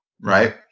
right